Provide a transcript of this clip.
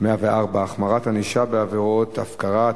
(החמרת הענישה בעבירת ההפקרה),